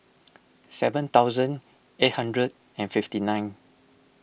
seven thousand eight hundred and fifty nine